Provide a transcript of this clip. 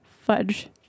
fudge